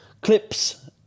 Clips